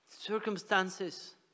Circumstances